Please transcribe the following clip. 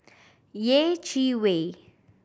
Yeh Chi Wei